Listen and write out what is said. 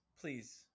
please